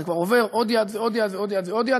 זה כבר עובר עוד יד ועוד יד ועוד יד,